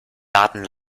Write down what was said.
daten